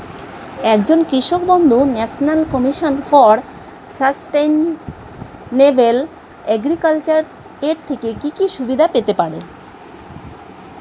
একজন কৃষক বন্ধু National Commission for Sustainable Agriculture এর থেকে কি কি সুবিধা পেতে পারে?